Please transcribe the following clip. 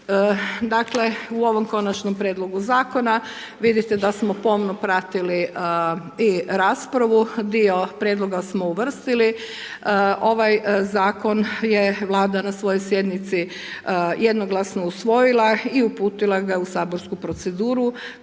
Dakle, u ovom Konačnom prijedlogu zakona, vidite da smo pomno pratili i raspravu, dio Prijedloga smo uvrstili. Ovaj Zakon je Vlada na svojoj sjednici jednoglasno usvojila i uputila ga u saborsku proceduru